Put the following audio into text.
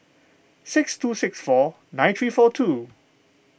six two six four nine three four two